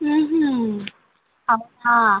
అవునా